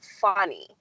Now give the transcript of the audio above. funny